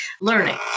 learning